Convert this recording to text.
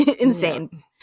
insane